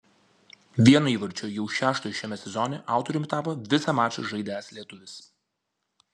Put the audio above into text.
vieno įvarčio jau šeštojo šiame sezone autoriumi tapo visą mačą žaidęs lietuvis